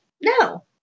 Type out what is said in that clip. No